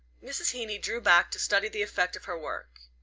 mrs. heeny drew back to study the effect of her work.